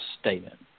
statement